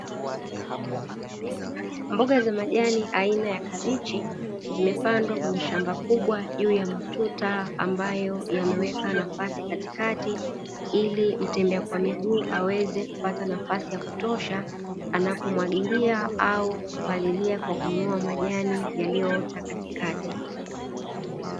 Mboga za majani aina ya kabichi zimepandwa kwenye shamba kubwa juu ya matuta ambayo yameweka nafasi katikati ili mtembea kwa miguu aweze kupata nafasi ya kutosha anapomwagilia au kupalilia kwa kung'oa majani yaliyoota katikati.